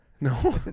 No